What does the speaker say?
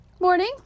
Morning